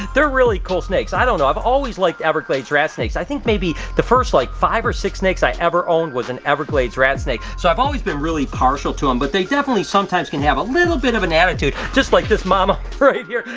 they're really cool snakes, i don't know i've always like everglades rat snakes, i think maybe the first like five or six snakes i ever owned was an everglades rat snake, so i've always been really partial to em. but they definitely sometimes can have a little bit of an attitude, just like this mama right here,